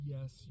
Yes